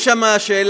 יש שם שאלה,